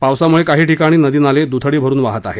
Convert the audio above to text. पावसामुळे काही ठिकाणी नदी नाले दृथडी भरुन वाहत आहेत